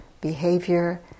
behavior